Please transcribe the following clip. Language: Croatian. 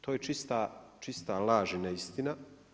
To je čista laž i neistina.